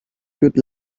good